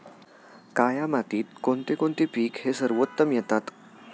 काया मातीत कोणते कोणते पीक आहे सर्वोत्तम येतात?